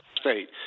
state